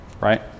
right